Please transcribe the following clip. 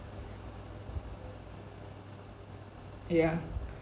yeah